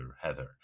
Heather